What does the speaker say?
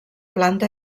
planta